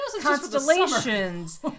constellations